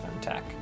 tech